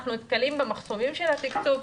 אנחנו נתקלים במחסומים של התקצוב,